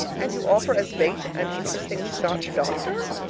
and you offer as bait an interesting scotch doctor?